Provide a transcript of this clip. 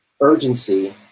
urgency